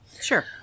sure